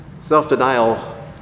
self-denial